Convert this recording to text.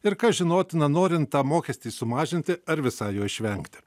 ir kas žinotina norint tą mokestį sumažinti ar visai jo išvengti